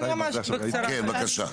כן בבקשה,